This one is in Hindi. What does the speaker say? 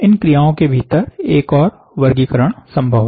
इन क्रियाओं के भीतर एक और वर्गीकरण संभव है